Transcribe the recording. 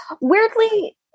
Weirdly